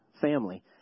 family